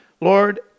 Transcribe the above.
Lord